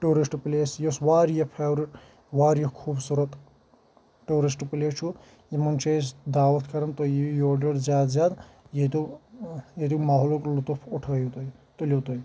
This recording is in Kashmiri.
ٹوٗرِسٹہٕ پٕلیس یۄس واریاہ فیورِٹ واریاہ خوٗبصوٗرت ٹوٗرِسٹہٕ پٕلیس چھُ یِمن چھِ أسۍ دعوت کران تُہۍ یِیِو یورٕ یور زیادٕ زیادٕ ییٚتِیو ییٚتیُک ماحولُک لطف اُٹھٲیِو تُہۍ تُلِو تُہۍ